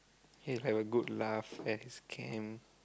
he'll have a good laugh at his camp